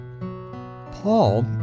Paul